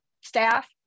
staff